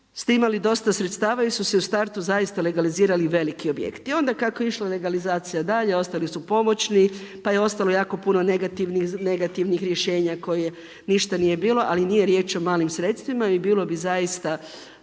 imali dosta sredstava jer su se u startu zaista legalizirali veliki objekti. I onda kako je išla legalizacija dalje ostali su pomoćni, pa je ostalo jako puno negativnih rješenja koje ništa nije bilo ali nije riječ o malim sredstvima i bilo bi zaista